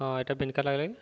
ହ ଏଟା ପନ୍ାର୍ ଲାଗଣି